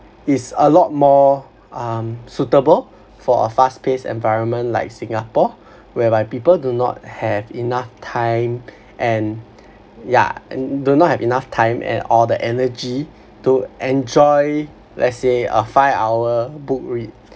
is a lot more um suitable for a fast paced environment like singapore whereby people do not have enough time and yeah and do not have enough time and all the energy to enjoy let's say a five hour book read